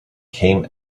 came